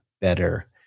better